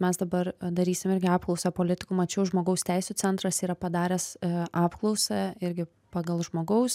mes dabar darysim irgi apklausą politikų mačiau žmogaus teisių centras yra padaręs apklausą irgi pagal žmogaus